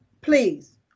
please